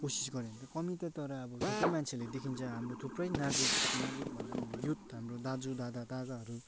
कोसिस गर्यो भने त कमी त तर अब थुप्रै मान्छेले देखिन्छ हाम्रो थुप्रै नागरिक नागरिक भन्दा पनि युथ हाम्रो दाजु दादा दादाहरू